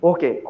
Okay